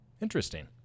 Interesting